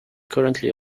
currently